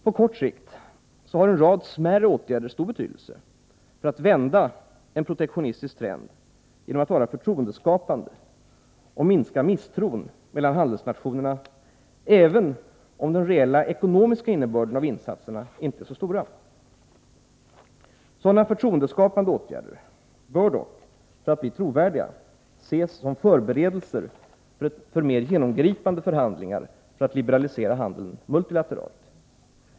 På kort sikt har en rad smärre åtgärder stor betydelse, för att vända en protektionistisk trend genom att vara förtroendeskapande och minska misstron mellan handelsnationerna, även om den reella ekonomiska innebörden av insatserna inte är så stor. Sådana förtroendeskapande åtgärder bör dock för att bli trovärdiga ses som förberedelser för mer genomgripande förhandlingar för att liberalisera handeln multilateralt.